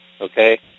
okay